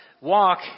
walk